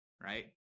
right